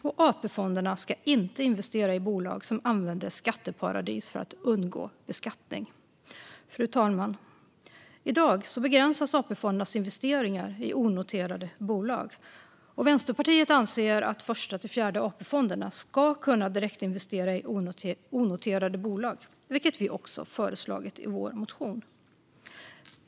AP-fonderna ska inte investera i bolag som använder skatteparadis för att undgå beskattning. Fru talman! I dag begränsas AP-fondernas investeringar i onoterade bolag. Vi i Vänsterpartiet anser att Första-Fjärde AP-fonden ska kunna direktinvestera i onoterade bolag, vilket vi också föreslagit i vår motion.